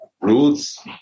roots